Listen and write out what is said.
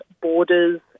Borders